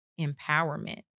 empowerment